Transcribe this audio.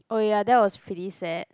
oh ya that was pretty sad